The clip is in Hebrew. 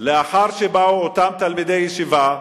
לאחר שבאו אותם תלמידי ישיבה,